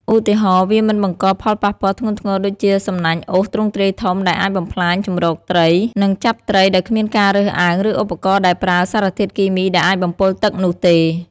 ឧទាហរណ៍ វាមិនបង្កផលប៉ះពាល់ធ្ងន់ធ្ងរដូចជាសំណាញ់អូសទ្រង់ទ្រាយធំដែលអាចបំផ្លាញជម្រកត្រី និងចាប់ត្រីដោយគ្មានការរើសអើង ឬឧបករណ៍ដែលប្រើសារធាតុគីមីដែលអាចបំពុលទឹកនោះទេ។